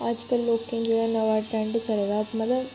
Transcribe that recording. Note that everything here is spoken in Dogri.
अज्जकल लोकें जेह्ड़ा नमां ट्रेंड चले दा मतलब